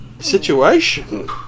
situation